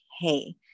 hey